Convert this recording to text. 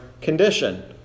condition